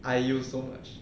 iu so much